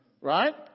Right